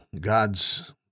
God's